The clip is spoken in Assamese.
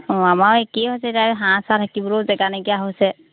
অঁ আমাৰো একেই হৈছে এতিয়া হাঁহ চাহ থাকিবলৈও জেগা নাইকিয়া হৈছে